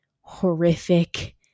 horrific